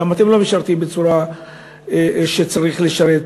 גם אתם לא משרתים בצורה שצריך לשרת